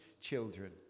children